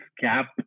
gap